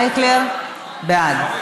אייכלר בעד.